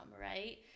right